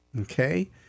Okay